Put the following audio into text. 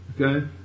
Okay